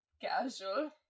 Casual